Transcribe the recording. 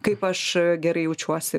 kaip aš gerai jaučiuosi